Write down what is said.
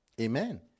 Amen